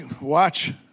watch